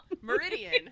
meridian